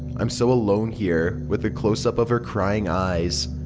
i'm so alone here. with a close up of her crying eyes.